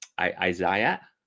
isaiah